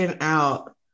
out